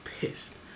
pissed